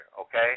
okay